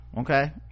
okay